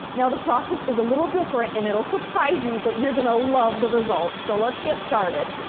now the process is a little different and it'll surprise you but you're going to love the results. so let's get started.